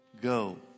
Go